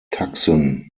tucson